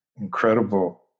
incredible